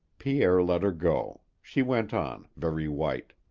pierre let her go. she went on, very white.